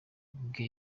bwe